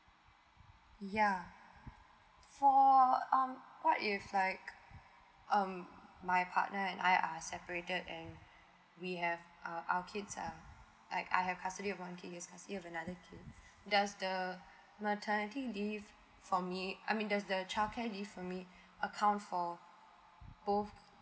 ya for um what if like um my partner and I are separated and we have uh our kids are like I have custody of one kid he has custody of another kid does the maternity leave for me I mean does the childcare leave for me account for both